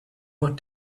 want